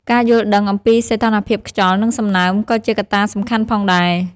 ការយល់ដឹងអំពីសីតុណ្ហភាពខ្យល់ និងសំណើម ក៏ជាកត្តាសំខាន់ផងដែរ។